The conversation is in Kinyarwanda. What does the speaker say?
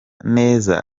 neza